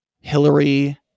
Hillary